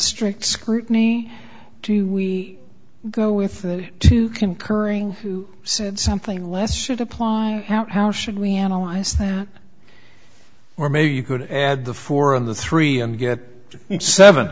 strict scrutiny do we go with the two concurring who said something less should apply now how should we analyze that or maybe you could add the four in the three and get seven